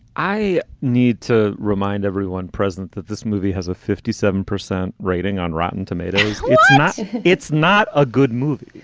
i need to remind everyone present that this movie has a fifty seven percent rating on rotten tomatoes it's not a good movie.